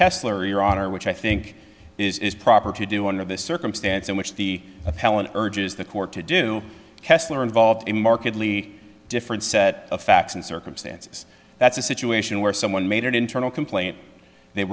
kessler your honor which i think is proper to do under this circumstance in which the appellant urges the court to do kessler involved in markedly different set of facts and circumstances that's a situation where someone made an internal complaint they